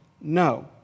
No